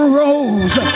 rose